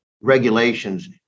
regulations